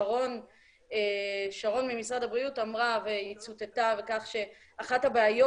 שרון ממשרד הבריאות אמרה והיא צוטטה על כך שאחת הבעיות